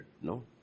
No